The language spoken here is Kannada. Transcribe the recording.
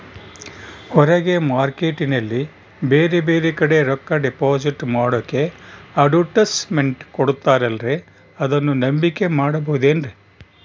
ಹೊರಗೆ ಮಾರ್ಕೇಟ್ ನಲ್ಲಿ ಬೇರೆ ಬೇರೆ ಕಡೆ ರೊಕ್ಕ ಡಿಪಾಸಿಟ್ ಮಾಡೋಕೆ ಅಡುಟ್ಯಸ್ ಮೆಂಟ್ ಕೊಡುತ್ತಾರಲ್ರೇ ಅದನ್ನು ನಂಬಿಕೆ ಮಾಡಬಹುದೇನ್ರಿ?